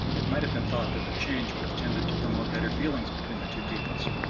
it might have been thought that the change would have tended to promote better feelings between the two peoples.